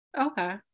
okay